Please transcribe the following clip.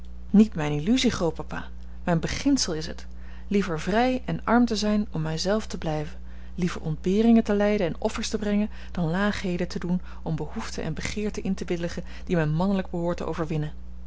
niet mijne illusie grootpapa mijn beginsel is het liever vrij en arm te zijn om mij zelf te blijven liever ontberingen te lijden en offers te brengen dan laagheden te doen om behoeften en begeerten in te willigen die men mannelijk behoort te overwinnen